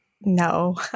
No